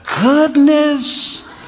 goodness